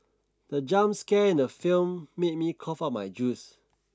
the jump scare in the film made me cough out my juice